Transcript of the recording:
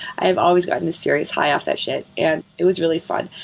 i have always gotten this serious high off that shit, and it was really fun.